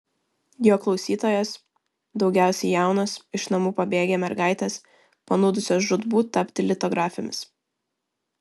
jo klausytojos daugiausiai jaunos iš namų pabėgę mergaitės panūdusios žūtbūt tapti litografėmis